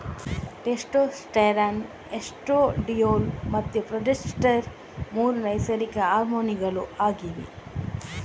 testosterone, estradiol ಮತ್ತೆ progesterone ಮೂರು ನೈಸರ್ಗಿಕ ಹಾರ್ಮೋನುಗಳು ಆಗಿವೆ